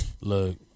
Look